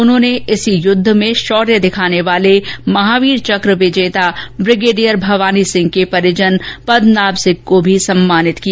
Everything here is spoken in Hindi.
उन्होंने इसी युद्ध में शोर्य दिखाने वाले महावीर चक विजेता ब्रिगेडियर भवानी सिंह के परिजन पद्मनाभ सिंह को भी सम्मानित किया